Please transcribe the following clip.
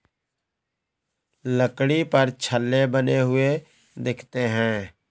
लकड़ी पर छल्ले बने हुए दिखते हैं